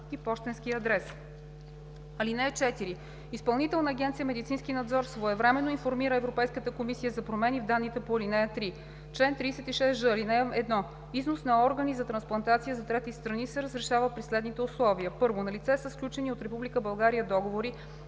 адрес. (4) Изпълнителна агенция „Медицински надзор“ своевременно информира Европейската комисия за промени в данните по ал. 3. Чл. 36ж. (1) Износ на органи за трансплантация за трети страни се разрешава при следните условия: 1. налице са сключени от Република България договори,